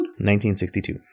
1962